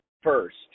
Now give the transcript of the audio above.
first